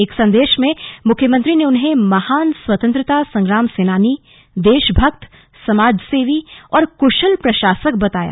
एक संदेश में मुख्यमंत्री ने उन्हें महान स्वतंत्रता संग्राम सेनानी देशभक्त समाजसेवी और कुशल प्रशासक बताया